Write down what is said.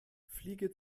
fliege